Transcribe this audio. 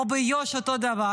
או ביו"ש אותו דבר.